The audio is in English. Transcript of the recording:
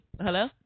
Hello